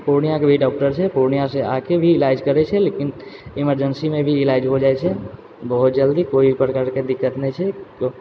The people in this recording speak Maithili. पूर्णियाके भी डॉक्टर छै पूर्णियासँ आके भी इलाज करै छै लेकिन इमरजेन्सीमे भी इलाज हो जाइ छै बहुत जल्दी कोइ भी प्रकारके दिक्कत नहि छै